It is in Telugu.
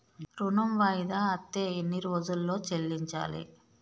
ఋణం వాయిదా అత్తే ఎన్ని రోజుల్లో చెల్లించాలి?